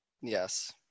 Yes